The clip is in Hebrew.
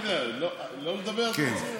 לא לדבר, אתם רוצים?